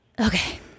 Okay